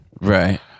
right